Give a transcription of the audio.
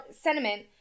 sentiment